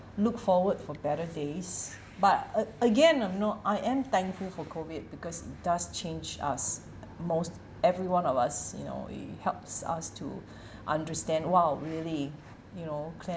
look forward for better days but a~ again I'm not I am thankful for COVID because it does change us most everyone of us you know it helps us to understand !wow! really you know